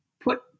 put